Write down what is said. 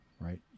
right